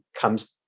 comes